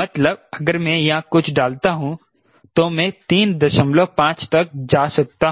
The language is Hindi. मतलब अगर मैं यहां कुछ डालता हूं तो मैं 35 तक जा सकता हूं